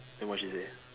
then what she say